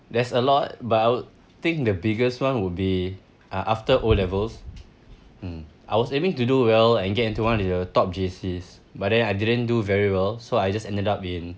there's a lot but I would think the biggest one would be uh after O levels hmm I was aiming to do well and get into one of the top J_Cs but then I didn't do very well so I just ended up in